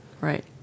Right